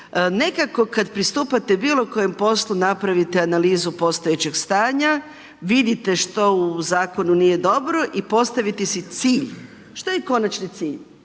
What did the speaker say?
Nekako kad pristupate bilo kojem poslu napravite analizu postojećeg stanja, vidite što u zakonu nije dobro i postavite si cilj. Šta je konačni cilj?